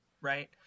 right